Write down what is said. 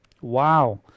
Wow